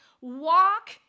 Walk